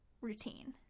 routine